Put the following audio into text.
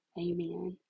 Amen